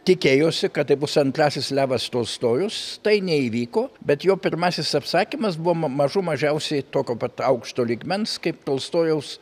tikėjosi kad tai bus antrasis levas tolstojus tai neįvyko bet jo pirmasis apsakymas buvo ma mažų mažiausiai tokio pat aukšto lygmens kaip tolstojaus